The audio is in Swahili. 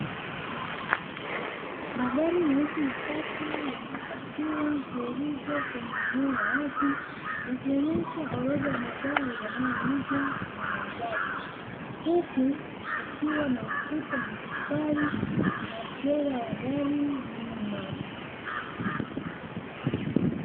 Magari meusi matatu yamepakiwa mfululizo kwenye eneo la wazi yakionyesha orodha ya magari yanayouzwa na muuzaji. Huku kukiwa na ukuta wa matofari, na tela ya gari nyuma.